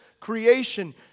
creation